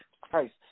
Christ